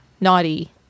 naughty